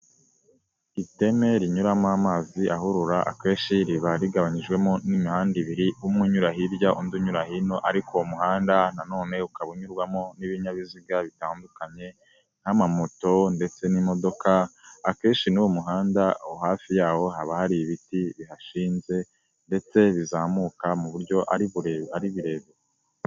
Iteme rinyuramo amazi ahurura akenshi riba rigabanyijwemo n'imihanda ibiri umwe unyura hirya undi unyura hino ariko uwo umuhanda nanone ukaba unyurwamo n'ibinyabiziga bitandukanye n'ama moto ndetse n'imodoka akenshi muri uwo muhanda aho hafi yaho haba hari ibiti bihashinze ndetse bizamuka mu buryo ari birebire.